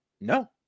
no